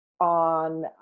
on